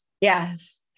Yes